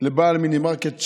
לבעל מינימרקט שהוצת.